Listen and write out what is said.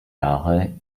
jahre